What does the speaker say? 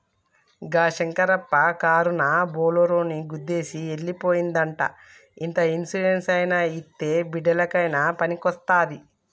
గా శంకరప్ప కారునా బోలోరోని గుద్దేసి ఎల్లి పోనాదంట ఇంత ఇన్సూరెన్స్ అయినా ఇత్తే బిడ్డలకయినా పనికొస్తాది